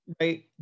right